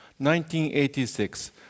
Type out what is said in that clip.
1986